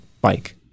bike